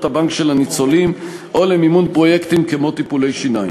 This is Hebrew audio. הבנק של הניצולים או למימון פרויקטים כמו טיפולי שיניים.